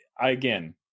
Again